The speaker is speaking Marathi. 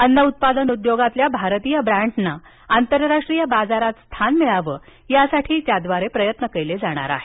अन्न उत्पादन उद्योगातल्या भारतीय ब्रँडना आंतरराष्ट्रीय बाजारात स्थान मिळावं यासाठी याद्वारे प्रयत्न केले जाणार आहेत